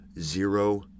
zero